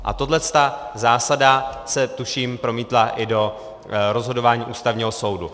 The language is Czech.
A tahle zásada se tuším promítla i do rozhodování Ústavního soudu.